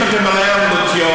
אני מבין שאתם מלאים אמוציות,